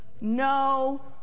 no